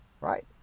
right